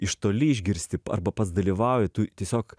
iš toli išgirsti arba pats dalyvauji tu tiesiog